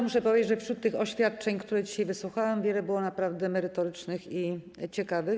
Muszę powiedzieć, że wśród tych oświadczeń, których dzisiaj wysłuchałam, wiele było naprawdę merytorycznych i ciekawych.